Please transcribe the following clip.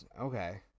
okay